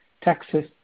Texas